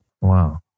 Wow